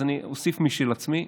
אז אני אוסיף משל עצמי.